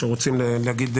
שרוצים לדבר,